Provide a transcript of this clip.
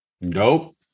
Nope